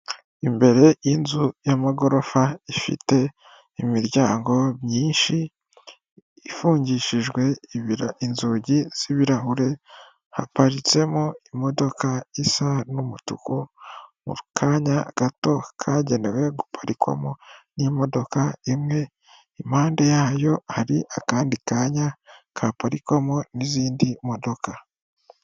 Imbere y'inzu y'amagorofa ifite imiryango myinshi ifungishijwe inzugi z'ibirahure, haparitsemo imodoka isa n'umutuku mu kanya gato kagenewe guparikwamo n'imodoka imwe, impande yayo hari akandi kanya gaparikwamo n'izindi modoka.